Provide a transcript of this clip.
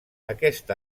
aquest